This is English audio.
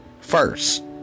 first